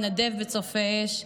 מתנדב בצופי אש,